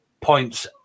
points